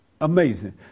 Amazing